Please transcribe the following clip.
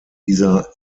dieser